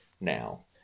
now